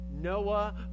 Noah